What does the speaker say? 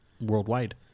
worldwide